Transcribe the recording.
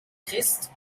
christ